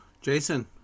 Jason